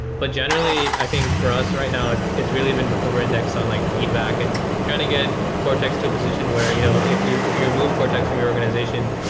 but general ly, i think for us right now, it is really been over index on like feedback and trying to get cortex to a position where you know if where if you remove cortex from your organization,